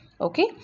Okay